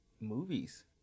movies